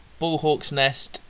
bullhawksnest